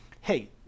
Hey